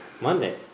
Monday